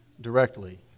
directly